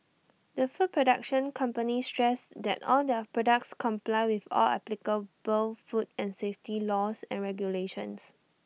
the food production company stressed that all their products comply with all applicable food and safety laws and regulations